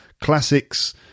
classics